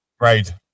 Right